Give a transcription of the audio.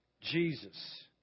Jesus